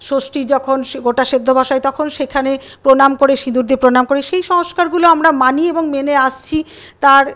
ষষ্টীর যখন গোটা সেদ্ধ বসাই তখন সেখানে প্রণাম করে সিঁদুর দিয়ে প্রণাম করি সেই সংস্কারগুলো আমরা মানি এবং মেনে আসছি তার